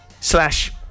slash